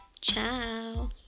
ciao